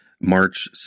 March